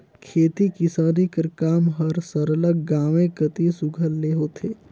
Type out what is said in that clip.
खेती किसानी कर काम हर सरलग गाँवें कती सुग्घर ले होथे